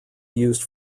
used